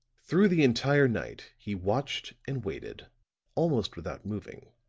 through the entire night he watched and waited almost without moving